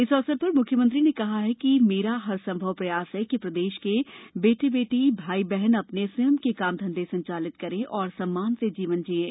इस अवसर पर म्ख्यमंत्री ने कहा है कि मेरा हर संभव प्रयास है कि प्रदेश के बेटा बेटी भाई बहन अपने स्वयं के काम धंधे संचालित करें और सम्मान से जीवन जिएं